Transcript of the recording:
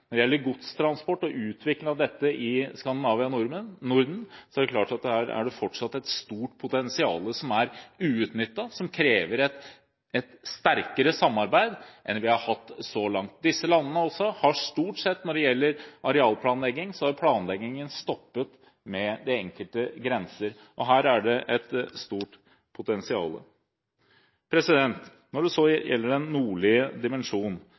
Når det gjelder godstransport og utvikling av dette i Skandinavia/Norden, er det fortsatt et stort potensial som er uutnyttet, som krever et sterkere samarbeid enn vi har hatt så langt. Når det gjelder arealplanlegging, har planleggingen stoppet ved de enkelte grenser, og her er det et stort potensial. Når det så gjelder den nordlige dimensjon